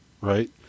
right